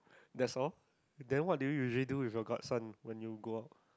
that's all then what do you usually do with your godson when you go out